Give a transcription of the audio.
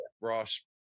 Ross